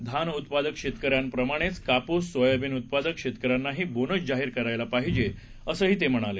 धान उत्पादक शेतकऱ्यांप्रमाणेच कापूस सोयाबिन उत्पादक शेतकऱ्यांनाही बोनस जाहीर करायला पाहिजे असं ते म्हणाले